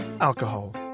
Alcohol